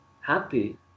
happy